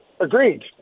agreed